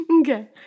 Okay